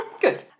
Good